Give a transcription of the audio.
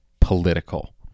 political